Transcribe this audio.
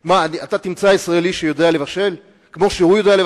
מה, אתה תמצא ישראלי שיודע לבשל כמו שהוא יודע?